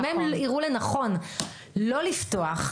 אם הם יראו לנכון לא לפתוח,